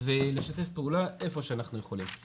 ולשתף פעולה איפה שאנחנו יכולים.